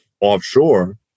offshore